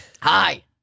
Hi